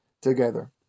together